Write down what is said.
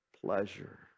pleasure